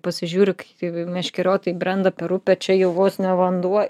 pasižiūriu tai meškeriotojai brenda per upę čia jau vos ne vanduo